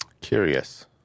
Curious